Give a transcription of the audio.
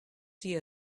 see